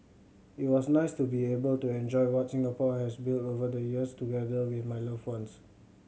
it was nice to be able to enjoy what Singapore has built over the years together with my loved ones